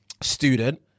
student